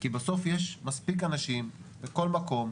כי בסוף יש מספיק אנשים, בכל מקום,